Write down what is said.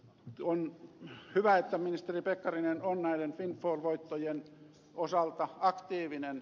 on hyvä että ministeri pekkarinen on näiden windfall voittojen osalta aktiivinen